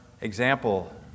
example